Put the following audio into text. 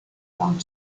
one